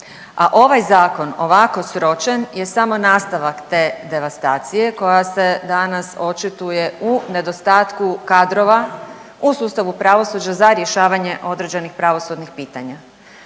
a ovaj zakon ovako sročen je samo nastavak te devastacije koja se danas očituje u nedostatku kadrova u sustavu pravosuđa za rješavanje određenih pravosudnih pitanja.